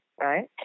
Right